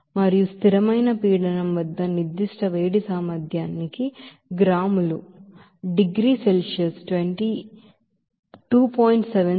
మరియు constant pressure వద్ద specific heat కెపాసిటీకి గ్రాము డిగ్రీ సెల్సియస్ కు 2